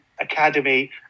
academy